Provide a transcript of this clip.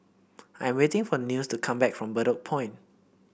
I'm waiting for Nils to come back from Bedok Point